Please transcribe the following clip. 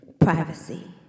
Privacy